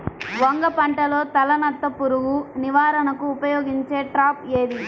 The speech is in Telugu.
వంగ పంటలో తలనత్త పురుగు నివారణకు ఉపయోగించే ట్రాప్ ఏది?